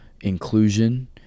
inclusion